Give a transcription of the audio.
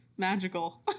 magical